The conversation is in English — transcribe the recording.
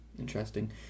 Interesting